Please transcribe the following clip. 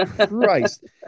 Christ